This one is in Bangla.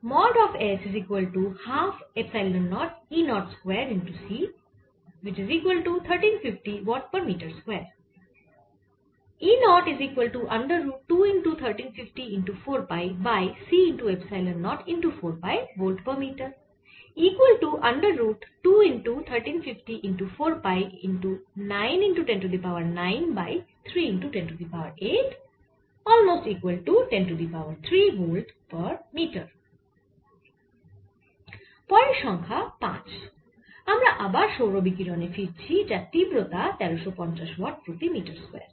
পরের প্রশ্ন সংখ্যা 5 আমরা আবার সৌর বিকিরণে ফিরছি যার তীব্রতা 1350 ওয়াট প্রতি মিটার স্কয়ার